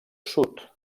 sud